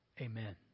Amen